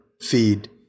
feed